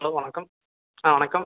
hello வணக்கம்